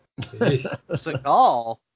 Seagal